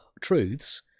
truths